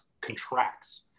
contracts